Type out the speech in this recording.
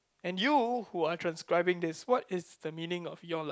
and you who are transcribing this what is the meaning of your life